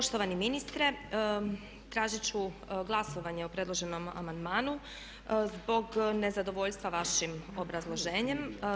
Poštovani ministre, tražit ću glasovanje o predloženom amandmanu zbog nezadovoljstva vašim obrazloženjem.